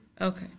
Okay